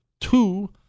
Two